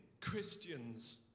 christians